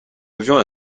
avions